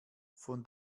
von